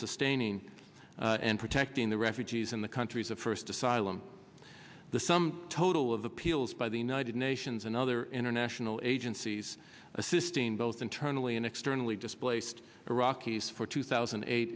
sustaining and protecting the refugees in the countries of first asylum the sum total of the peals by the united nations and other international agencies assisting both internally and externally displaced iraqis for two thousand and eight